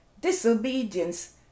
disobedience